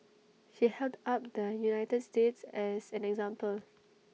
she held up the united states as an example